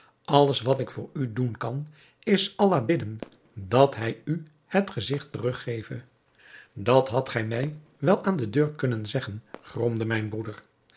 alles wat ik voor u doen kan is allah bidden dat hij u het gezigt teruggeve dat hadt gij mij wel aan de deur kunnen zeggen gromde mijn broeder